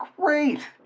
great